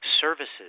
services